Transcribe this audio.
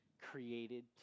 created